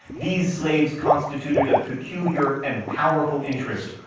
these slaves constituted a peculiar and powerful interest.